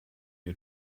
you